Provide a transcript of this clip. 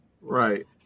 Right